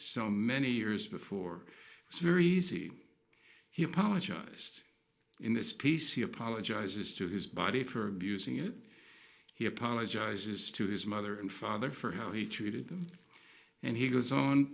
so many years before it's very easy he apologized in this piece he apologizes to his body for abusing it he apologizes to his mother and father for how he treated them and he goes on